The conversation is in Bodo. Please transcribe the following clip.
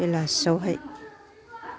बेलासियावहाय